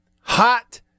hot